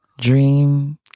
Dream